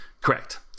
Correct